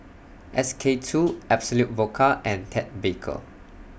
S K two Absolut Vodka and Ted Baker